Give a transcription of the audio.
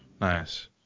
Nice